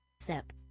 Sip